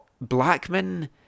Blackman